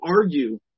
argue